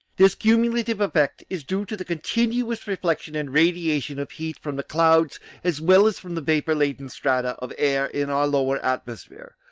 this cumulative effect is due to the continuous reflection and radiation of heat from the clouds as well as from the vapour-laden strata of air in our lower atmosphere,